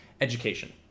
education